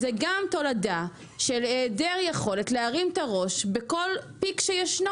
זה גם תולדה של היעדר יכולת להרים את הראש בכל פיק שיש.